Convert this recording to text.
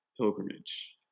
pilgrimage